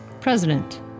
President